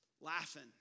laughing